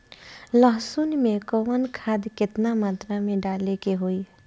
लहसुन में कवन खाद केतना मात्रा में डाले के होई?